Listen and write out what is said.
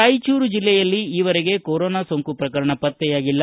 ರಾಯಚೂರು ಜಿಲ್ಲೆಯಲ್ಲಿ ಈವರೆಗೆ ಕೊರೊನಾ ಸೋಂಕು ಪ್ರಕರಣ ಪತ್ತೆಯಾಗಿಲ್ಲ